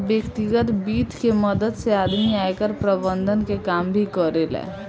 व्यतिगत वित्त के मदद से आदमी आयकर प्रबंधन के काम भी करेला